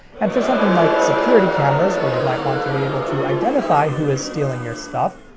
and for something like security cameras where you might want to be able to identify who is stealing your stuff,